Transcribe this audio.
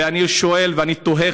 ואני שואל ואני תוהה,